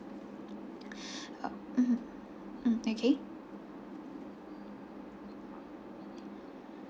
uh mmhmm mmhmm okay